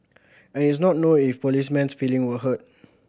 it is not known if policeman's feeling was hurt